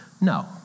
no